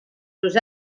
los